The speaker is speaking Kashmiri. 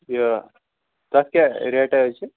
یہِ تَتھ کیٛاہ ریٹا حظ چھِ